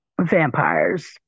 vampires